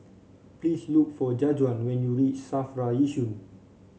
please look for Jajuan when you reach Safra Yishun